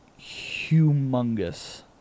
Humongous